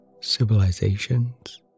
civilizations